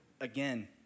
Again